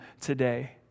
today